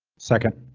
second.